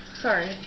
Sorry